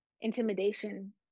intimidation